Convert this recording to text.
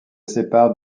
sépare